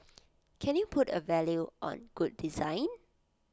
can you put A value on good design